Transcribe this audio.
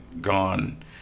gone